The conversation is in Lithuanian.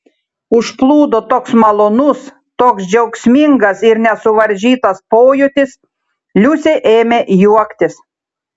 užplūdo toks malonus toks džiaugsmingas ir nesuvaržytas pojūtis liusė ėmė juoktis